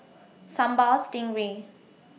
Sambal Stingray